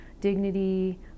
Dignity